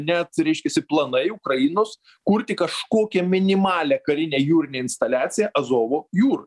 net reiškiasi planai ukrainos kurti kažkokią minimalią karinę jūrinę instaliaciją azovo jūroj